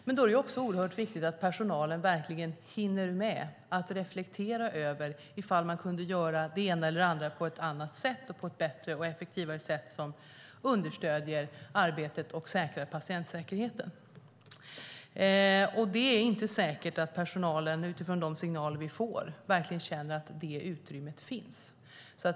Men då är det oerhört viktigt att personalen verkligen hinner med att reflektera över ifall man kunde göra det ena eller andra på ett annat sätt, på ett bättre och effektivare sätt, som understöder arbetet och garanterar patientsäkerheten. Det är inte säkert att personalen, utifrån de signaler vi får, verkligen känner att det utrymmet finns.